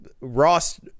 Ross